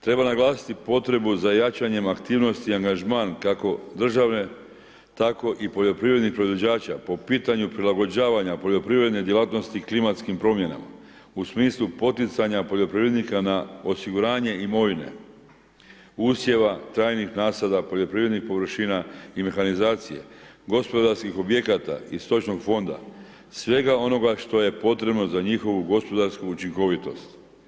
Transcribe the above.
Treba naglasiti potrebu za jačanjem aktivnosti i angažman kako državne tako i poljoprivrednih proizvođača po pitanju prilagođavanja poljoprivredne djelatnosti klimatskim promjenama u smislu poticanja poljoprivrednika na osiguranje imovine, usjeva, trajnih nasada, poljoprivrednih površina i mehanizacije, gospodarskih objekata i stočnog fonda, svega onoga što je potrebno za njihovu gospodarsku učinkovitost.